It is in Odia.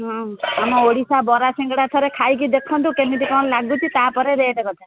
ହଁ ତୁମ ଓଡ଼ିଶା ବରା ସିଙ୍ଗଡ଼ା ଥରେ ଖାଇକି ଦେଖନ୍ତୁ କେମିତି କ'ଣ ଲାଗୁଛି ତା'ପରେ ରେଟ୍ କଥା